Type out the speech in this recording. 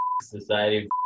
society